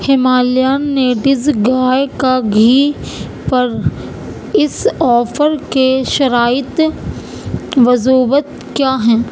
Himalayan نیٹز گائے کا گھی پر اس آفر کے شرائط و ضوابط کیا ہیں